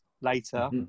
later